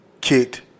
kicked